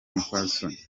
umupfasoni